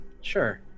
Sure